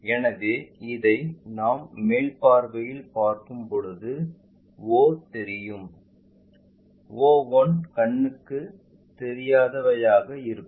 எனவே இதை நாம் மேல் பார்வையில் பார்க்கும் போது o தெரியும் o 1 கண்ணுக்கு தெரியாத வையாக இருக்கும்